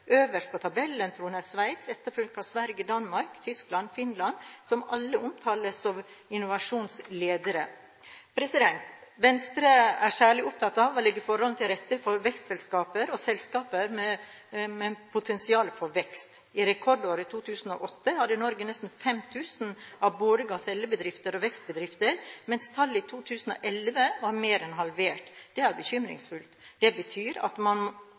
Øverst på tabellen troner Sveits, etterfulgt av Sverige, Danmark, Tyskland og Finland, som alle omtales som «innovasjonsledere». Venstre er særlig opptatt av å legge forholdene til rette for vekstselskaper og selskaper med potensial for vekst. I rekordåret 2008 hadde Norge nesten 5 000 av både gasellebedrifter og vekstbedrifter, mens tallet i 2011 var mer enn halvert. Det er bekymringsfullt. Det betyr at man